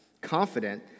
Confident